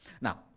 Now